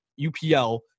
UPL